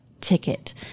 ticket